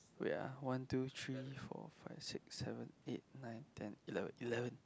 wait ah one two three four five six seven eight nine ten eleven eleven